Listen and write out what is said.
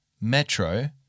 metro